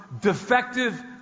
defective